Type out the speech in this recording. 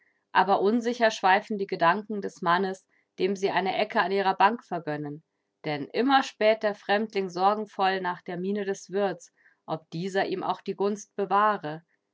aber unsicher schweifen die gedanken des mannes dem sie eine ecke an ihrer bank vergönnen denn immer späht der fremdling sorgenvoll nach der miene des wirtes ob dieser ihm auch die gunst bewahre